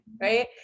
right